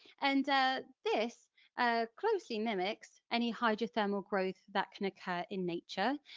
and this ah closely mimics any hydrothermal growth that can occur in nature.